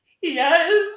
yes